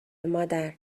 مادر